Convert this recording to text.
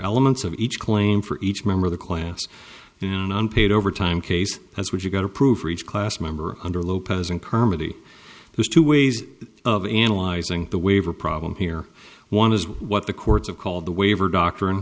elements of each claim for each member of the class in an unpaid overtime case as would you got approved for each class member under lopez and kerr maty there's two ways of analyzing the waiver problem here one is what the courts of called the waiver doctrine